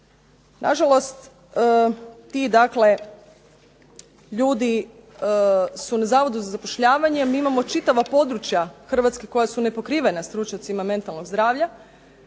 Nažalost, ti ljudi su na Zavodu za zapošljavanje a mi imamo čitava područja Hrvatske koja su nepokrivena stručnjacima mentalnog zdravlja.